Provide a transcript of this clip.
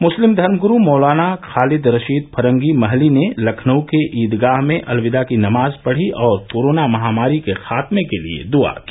मुस्लिम धर्म गुरू मौलाना खालिद रशीद फरंगी महली ने लखनऊ के ईदगाह में अलविदा की नमाज पढ़ी और कोरोना महामारी के खात्मे के लिये दुआ की